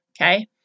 Okay